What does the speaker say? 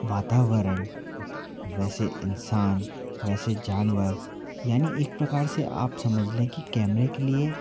वातावरण वैसे इंसान वैसे जानवर यानि एक प्रकार से आप समझ लें कि कैमरे के लिए